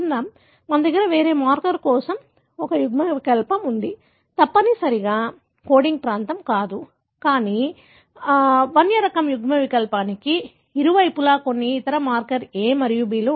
కాబట్టి మన దగ్గర వేరే మార్కర్ కోసం ఒక యుగ్మవికల్పం ఉంది తప్పనిసరిగా కోడింగ్ ప్రాంతం కాదు కానీ వైల్డ్ రకం యుగ్మవికల్పానికి ఇరువైపులా కొన్ని ఇతర మార్కర్ A మరియు B లు ఉంటాయి